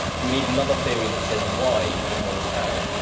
we need another theory that says why as well as how.